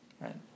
Right